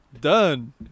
Done